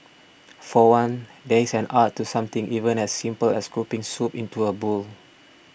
for one there is an art to something even as simple as scooping soup into a bowl